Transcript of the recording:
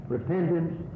Repentance